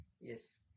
Yes